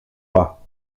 pas